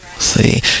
see